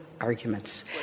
arguments